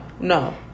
no